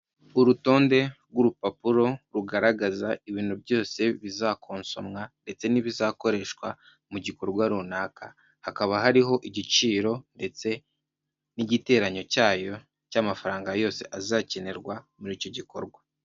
Urutonde rw'urupapuro rugaragaza ibintu byose bizakosomwa ndetse n'ibizakoreshwa mu gikorwa runaka, hakaba hariho igiciro ndetse n'igiteranyo cyayo cy'amafaranga yose azakenerwa muri icyo gikorwa.